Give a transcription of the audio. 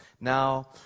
Now